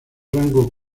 rango